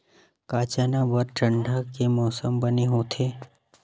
का चना बर ठंडा के मौसम बने होथे?